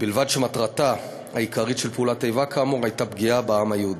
ובלבד שמטרתה העיקרית של פעולת איבה כאמור הייתה פגיעה בעם היהודי.